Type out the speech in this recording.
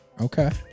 Okay